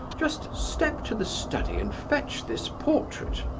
just step to the study and fetch this portrait!